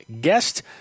guest